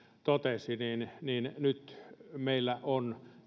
totesi niin nyt meillä on